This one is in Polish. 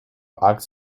akt